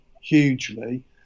hugely